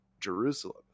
Jerusalem